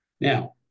Now